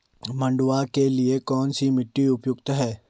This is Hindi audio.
मंडुवा के लिए कौन सी मिट्टी उपयुक्त है?